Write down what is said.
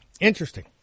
Interesting